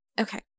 Okay